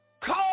Call